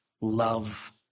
love